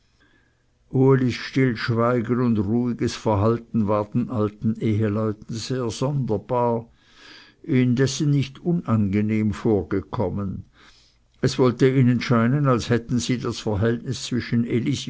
ulis stillschweigen und ruhiges verhalten war den alten eheleuten sehr sonderbar indessen nicht unangenehm vorgekommen es wollte ihnen scheinen als hätten sie das verhältnis zwischen